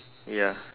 ya